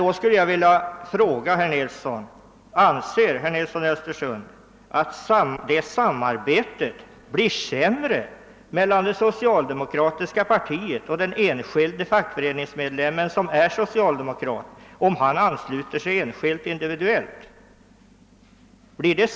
Då skulle jag vilja fråga: Anser herr Nilsson i Östersund att samarbetet blir sämre mellan det socialdemokratiska partiet och den enskilde fackföreningsmedlem som är socialdemokrat, om han ansluter sig individuellt?